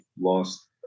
lost